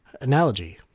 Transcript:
analogy